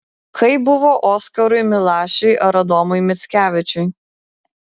kaip buvo oskarui milašiui ar adomui mickevičiui